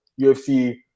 UFC